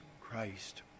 Christ